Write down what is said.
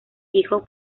hijo